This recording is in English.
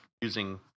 using